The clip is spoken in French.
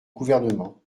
gouvernement